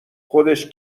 خودش